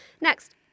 next